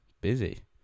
busy